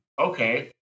Okay